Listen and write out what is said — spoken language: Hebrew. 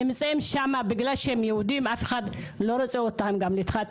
הם נמצאים שם ובגלל שהם יהודים אף אחד גם לא רוצה להתחתן